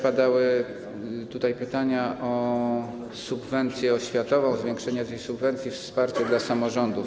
Padały też tutaj pytania o subwencję oświatową, o zwiększenie tej subwencji, wsparcie dla samorządów.